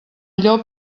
llop